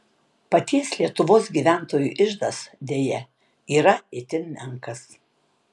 paties lietuvos gyventojų iždas deja yra itin menkas